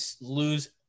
lose